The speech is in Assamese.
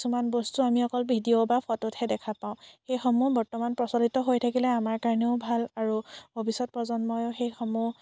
কিছুমান বস্তু আমি অকল ভিডিঅ' বা ফটোত হে দেখা পাওঁ সেইসমূহ বৰ্তমান প্ৰচলিত হৈ থাকিলে আমাৰ কাৰণেও ভাল আৰু ভৱিষ্যৎ প্ৰজন্ময়ো সেইসমূহ